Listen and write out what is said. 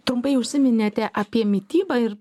trumpai užsiminėte apie mitybą ir